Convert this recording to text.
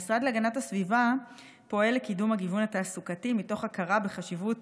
המשרד להגנת הסביבה פועל לקידום הגיוון התעסוקתי מתוך הכרה בחשיבות